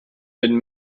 been